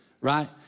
right